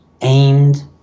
aimed